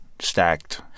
stacked